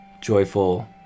Joyful